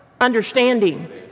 Understanding